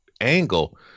angle